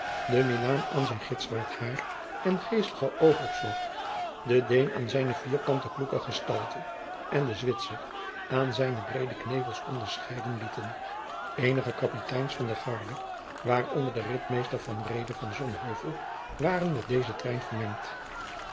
de milaan aan zijn gitzwart hair en geestigen oogopslag de deen aan zijne vierkante kloeke gestalte en de zwitser aan zijne breede knevels onderscheiden lieten eenige kapiteins van de guarde waaronder de ritmeester van reede van sonheuvel waren met dezen trein vermengd